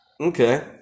Okay